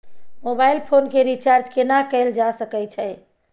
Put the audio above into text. Mobile phone के recharge केना कैल जा सकै छै?